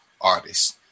artists